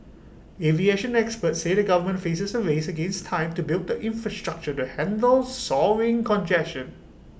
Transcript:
aviation experts say the government faces A race against time to build the infrastructure to handle soaring congestion